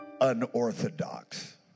unorthodox